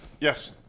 Yes